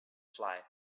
fly